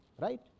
Right